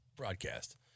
broadcast